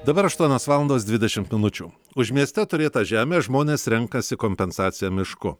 dabar aštuonios valandos dvidešimt minučių už mieste turėtą žemę žmonės renkasi kompensaciją mišku